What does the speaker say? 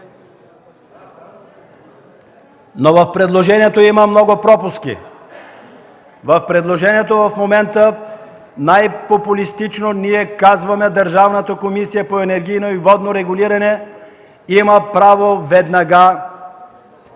но в него има много пропуски. В предложението в момента най-популистки ние казваме: „Държавната комисия по енергийно и водно регулиране има право веднага”